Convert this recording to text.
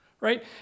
right